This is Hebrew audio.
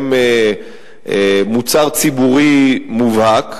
הם מוצר ציבורי מובהק.